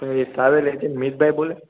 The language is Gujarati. એ કાલે મીરભાઈ બોલે